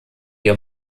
ihr